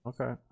Okay